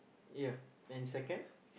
ya and second